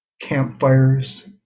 Campfires